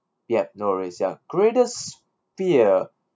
yup no worries ya greatest fear